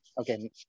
Okay